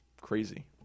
crazy